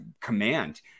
command